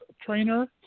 trainer